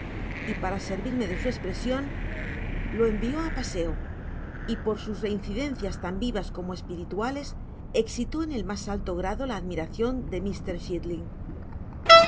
y para servirme de su espresion lo envio á paseo y por sus reincidencias tan vivas como espirituales exitó en el mas alto grado la admiracion de